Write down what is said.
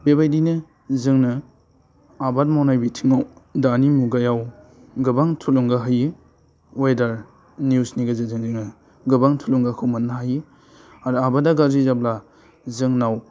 बेबायदिनो जोङो आबाद मावनाय बिथिङाव दानि मुगायाव गोबां थुलुंगा होयो वेडार निउसनि गेजेरजों जोङो गोबां थुलुंगाखौ मोननो हायो आरो आबादा गाज्रि जाब्ला जोंनाव